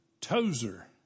Tozer